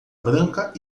branca